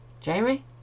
Jamie